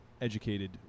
educated